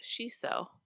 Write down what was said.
shiso